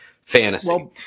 fantasy